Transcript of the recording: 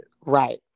Right